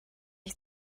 ich